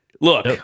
Look